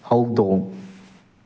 ꯍꯧꯗꯣꯡ